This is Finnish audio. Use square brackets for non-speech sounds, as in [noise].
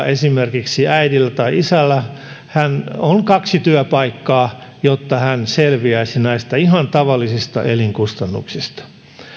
[unintelligible] esimerkiksi yksinhuoltajaäidillä tai isällä on kaksi työpaikkaa jotta selviäisi näistä ihan tavallisista elinkustannuksista